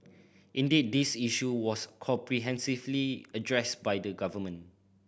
indeed this issue was comprehensively addressed by the government